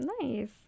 nice